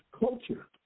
Culture